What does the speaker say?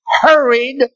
hurried